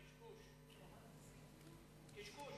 קשקוש, קשקוש.